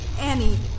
Annie